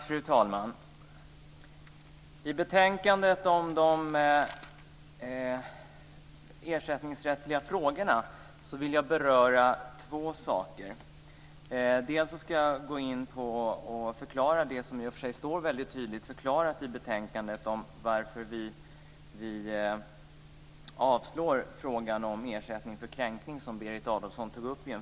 Fru talman! När det gäller betänkandet om de ersättningsrättsliga frågorna vill jag beröra två saker. Jag ska förklara det som i och för sig står väldigt tydligt i betänkandet om varför vi avstyrker förslaget om ersättning för kränkning som Berit Adolfsson tog upp.